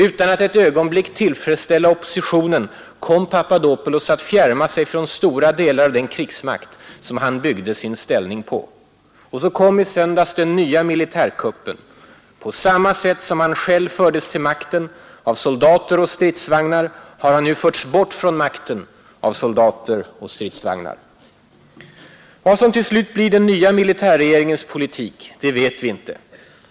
Utan att ett ögonblick tillfredställa oppositionen kom Papadopoulos att fjärma sig från stora delar av den krigsmakt som han byggde sin ställning på. Så kom i söndags den nya militärkuppen. På samma sätt som han själv fördes till makten av soldater och stridsvagnar har han nu förts bort från makten av soldater och stridsvagnar. Vad som till slut blir den nya militärregeringens politik vet vi inte.